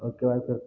ओइके बाद तऽ